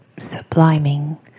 subliming